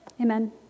Amen